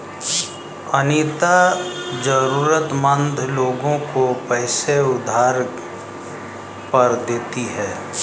अनीता जरूरतमंद लोगों को पैसे उधार पर देती है